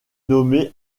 nommée